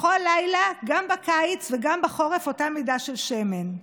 בכל לילה, גם בקיץ וגם בחורף, אותה מידה של שמן.